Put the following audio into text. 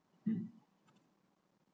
um